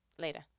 later